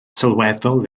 sylweddol